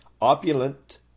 opulent